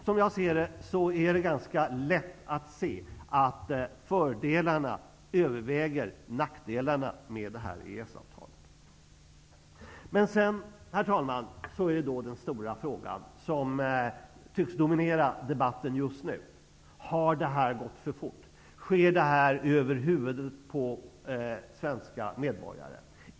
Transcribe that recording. Som jag ser det är det ganska uppenbart att fördelarna med EES-avtalet överväger nackdelarna. Den stora frågan, herr talman, som tycks dominera debatten just nu är: Har detta gått för fort? Sker det över huvudena på de svenska medborgarna?